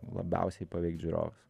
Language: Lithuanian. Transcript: labiausiai paveikt žiūrovus